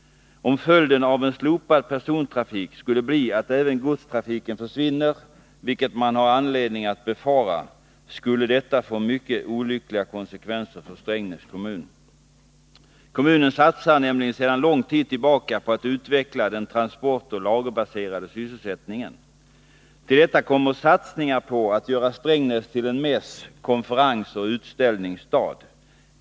Om följden av en slopad persontrafik skulle bli att även godstrafiken försvinner, vilket man har anledning att befara, skulle detta få mycket olyckliga konsekvenser för Strängnäs kommun. Kommunen satsar nämligen sedan lång tid tillbaka på att utveckla den transportoch lagerbaserade sysselsättningen. Till detta kommer satsningar på att göra Strängnäs till en mäss-, konferensoch utställningsstad.